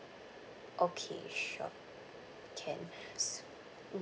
okay sure can